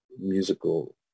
musical